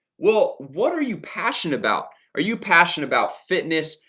well, what are you passionate about? are you passionate about fitness?